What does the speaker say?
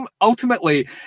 Ultimately